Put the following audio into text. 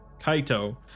Kaito